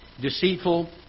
deceitful